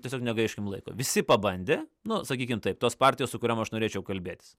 tiesiog negaiškim laiko visi pabandė nu sakykim taip tos partijos su kuriom aš norėčiau kalbėtis